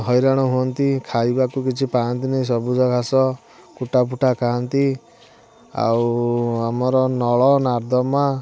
ହଇରାଣ ହୁଅନ୍ତି ଖାଇବାକୁ କିଛି ପାଆନ୍ତିନି ସବୁଜ ଘାସ କୁଟାଫୁଟା ଖାଆନ୍ତି ଆଉ ଆମର ନଳ ନର୍ଦ୍ଦମା